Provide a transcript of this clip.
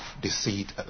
deceit